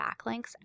backlinks